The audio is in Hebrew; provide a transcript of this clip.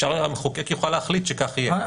המחוקק יוכל להחליט שכך יהיה.